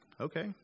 Okay